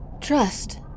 Trust